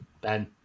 Ben